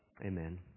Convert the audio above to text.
Amen